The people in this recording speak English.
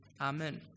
Amen